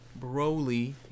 Broly